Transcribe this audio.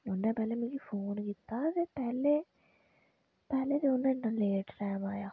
उ'नें पैह्लें मिगी फोन कीता पैह्लें पैह्लें ते इन्ना लेट आया